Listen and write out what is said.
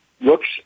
looks